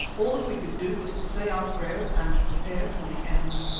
all that we could do was to say our prayers and prepare for the end.